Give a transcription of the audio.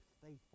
faithful